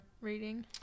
reading